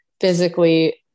physically